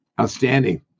Outstanding